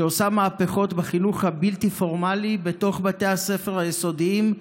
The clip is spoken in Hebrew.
שעושה מהפכות בחינוך הבלתי-פורמלי בתוך בתי הספר היסודיים,